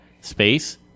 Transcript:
space